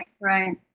right